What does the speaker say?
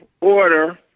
order